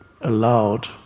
allowed